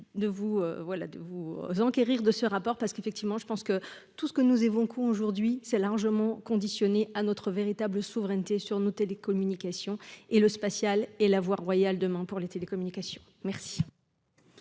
vous enquérir de ce rapport parce qu'effectivement je pense que tout ce que nous évoquons aujourd'hui c'est largement conditionnée à notre véritable souveraineté sur nos télécommunications et le spatial et la voie royale demain pour les télécommunications, merci.